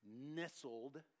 nestled